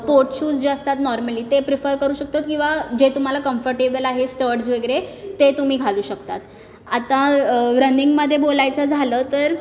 sports shoes जे असतात normally ते प्रिफर करू शकतात किंवा जे तुम्हाला कम्फर्टेबल आहे स्टड्स वगैरे ते तुम्ही घालू शकतात आत्ता रनिंगमध्ये बोलायचं झालं तर